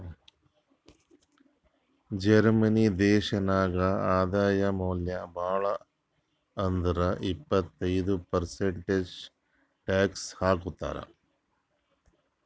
Germany ದೇಶನಾಗ್ ಆದಾಯ ಮ್ಯಾಲ ಭಾಳ್ ಅಂದುರ್ ಇಪ್ಪತ್ತೈದ್ ಪರ್ಸೆಂಟ್ ಟ್ಯಾಕ್ಸ್ ಹಾಕ್ತರ್